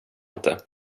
inte